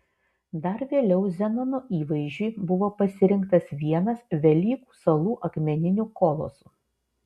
dar vėliau zenono įvaizdžiui buvo pasirinktas vienas velykų salų akmeninių kolosų